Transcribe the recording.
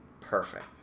perfect